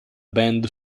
band